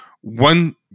one